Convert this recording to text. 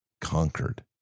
conquered